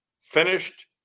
finished